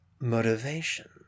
motivation